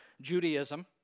Judaism